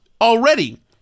already